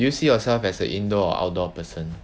do you see yourself as the indoor or outdoor person